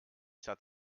sad